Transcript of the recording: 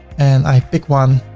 and i pick one,